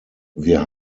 wir